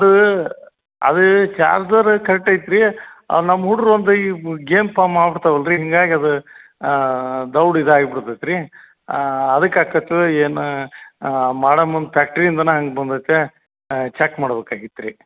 ಅದು ಅದು ಚಾರ್ಜರ್ ಕರೆಟ್ ಐತ್ರೀ ನಮ್ಮ ಹುಡ್ರು ಒಂದು ಈ ಗೇಮ್ ಪಾಮ್ ಆಡ್ತಾವಲ್ಲರೀ ಹಿಂಗಾಗಿ ಅದು ದೌಡ್ ಇದಾಗಿ ಬಿಡ್ತೈತೆ ರೀ ಅದಕ್ಕೆ ಆಕಾತು ಏನು ಮಾಡೋ ಮುಂದೆ ಫ್ಯಾಕ್ಟ್ರಿಯಿಂದನೆ ಹಂಗೆ ಬಂದೈತೆ ಚಕ್ ಮಾಡ್ಬೇಕಾಗಿತ್ತು ರೀ